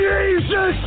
Jesus